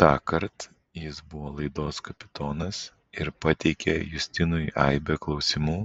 tąkart jis buvo laidos kapitonas ir pateikė justinui aibę klausimų